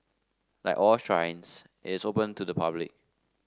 like all shrines it's open to the public